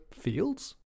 fields